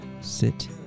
sit